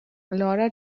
laura